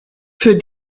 für